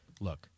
Look